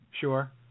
Sure